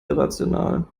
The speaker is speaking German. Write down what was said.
irrational